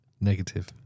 negative